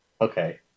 okay